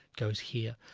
goes here,